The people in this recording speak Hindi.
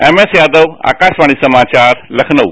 एमएस यादव आकाशवाणी समाचार लखनऊ